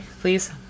please